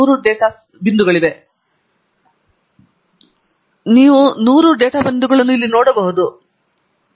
ನಾನು ಉದ್ದವನ್ನು ಕೇಳಬಹುದು ಅಥವಾ ನಾನು ಸಹಾಯವನ್ನು ನೋಡಬಹುದು ಮತ್ತು ನೀವು 100 ಡೇಟಾ ಬಿಂದುಗಳನ್ನು ಇಲ್ಲಿ ನೋಡಬಹುದು ಅಲ್ಲಿ ನಾವು 114 ಡೇಟಾ ಪಾಯಿಂಟ್ಗಳನ್ನು ಹೊಂದಿದ್ದೇವೆ